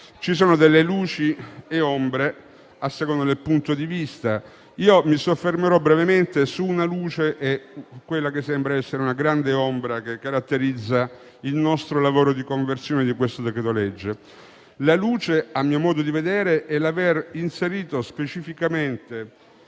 ci sono delle luci e delle ombre, a seconda del punto di vista. Mi soffermerò brevemente su una luce e su quella che sembra essere una grande ombra che caratterizza il nostro lavoro di conversione di questo decreto-legge. La luce, a mio modo di vedere, è l'aver inserito specificamente,